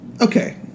okay